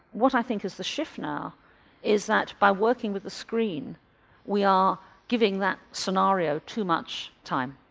what i think is the shift now is that by working with a screen we are giving that scenario too much time.